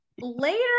Later